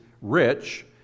rich